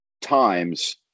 times